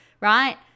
right